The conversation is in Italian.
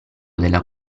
della